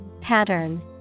Pattern